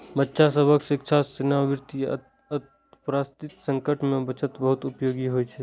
बच्चा सभक शिक्षा, सेवानिवृत्ति, अप्रत्याशित संकट मे बचत बहुत उपयोगी होइ छै